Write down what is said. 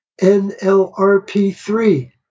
NLRP3